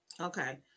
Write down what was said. Okay